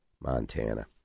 Montana